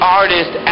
artist